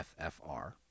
FFR